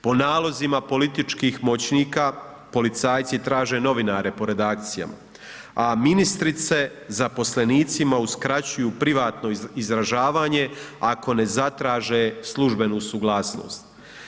Po nalozima političkih močnika policajci traže novinare po redakcijama a ministrice zaposlenicima uskraćuju privatno izražavanje ako ne zatraže službenu suglasnost.